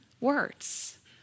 words